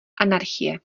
anarchie